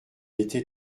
était